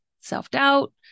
self-doubt